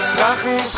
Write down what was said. Drachen